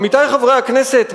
עמיתי חברי הכנסת,